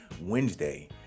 Wednesday